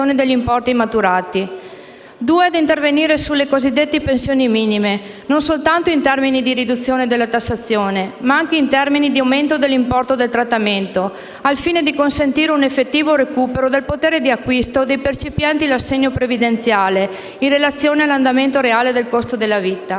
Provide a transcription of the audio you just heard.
ad intervenire sulle cosiddette pensioni minime non soltanto in termini di riduzione della tassazione, ma anche in termini di aumento dell'importo del trattamento, al fine di consentire un effettivo recupero del potere di acquisto dei percipienti l'assegno previdenziale, in relazione all'andamento reale del costo della vita.